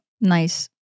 nice